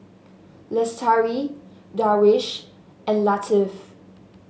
Lestari Darwish and Latif